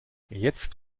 jetzt